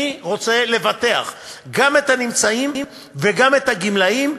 אני רוצה לבטח גם את הנמצאים וגם את הגמלאים,